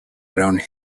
around